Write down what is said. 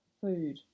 food